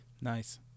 Nice